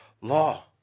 law